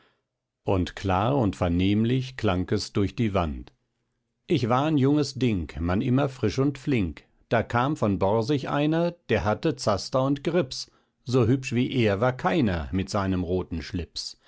und klar und vernehmlich klang es durch die wand ich war'n junges ding man immer frisch und flink da kam von borsig einer der hatte zaster und grips so hübsch wie er war keiner mit seinem roten schlips